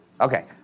Okay